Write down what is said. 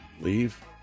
leave